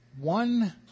One